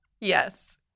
Yes